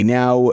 now